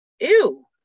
Ew